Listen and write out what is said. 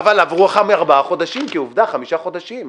אבל עברו ארבעה חודשים, חמישה חודשים.